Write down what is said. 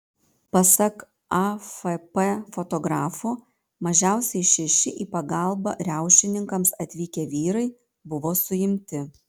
pasak afp fotografo mažiausiai šeši į pagalbą riaušininkams atvykę vyrai buvo suimti